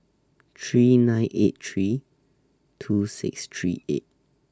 three nine eight three two six three eight